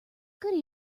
good